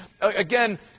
again